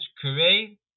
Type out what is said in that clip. create